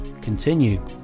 continue